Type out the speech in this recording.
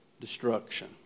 destruction